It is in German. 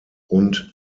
und